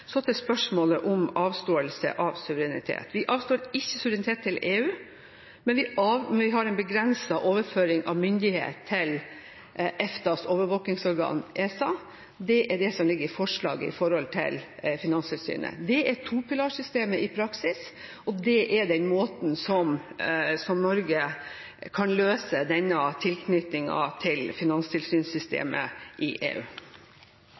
Så til spørsmålet om avståelse av suverenitet. Vi avstår ikke suverenitet til EU, men vi har en begrenset overføring av myndighet til EFTAs overvåkingsorgan, ESA. Det er det som ligger i forslaget om finanstilsynet. Det er topilarsystemet i praksis, og det er på den måten Norge kan løse sin tilknytning til finanstilsynssystemet i EU.